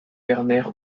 werner